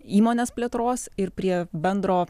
įmonės plėtros ir prie bendro